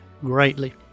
greatly